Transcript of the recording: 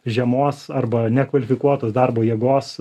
žemos arba nekvalifikuotos darbo jėgos